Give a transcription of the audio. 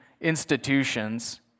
institutions